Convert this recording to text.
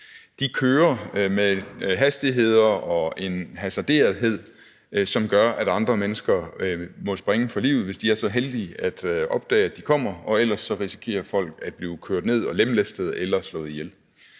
De kører med så høje hastigheder og så hasarderet, at andre mennesker må springe for livet, hvis de er så heldige at opdage, at de kommer, og ellers risikerer folk at blive kørt ned og lemlæstet eller slået ihjel.